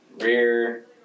rear